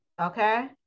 Okay